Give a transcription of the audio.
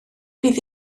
bydd